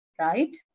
right